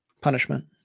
punishment